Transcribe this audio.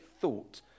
thought